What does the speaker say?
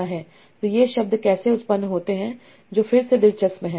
तो ये शब्द कैसे उत्पन्न होते हैं जो फिर से दिलचस्प हैं